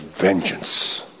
vengeance